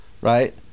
right